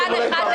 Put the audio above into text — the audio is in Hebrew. בסדר,